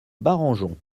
barangeon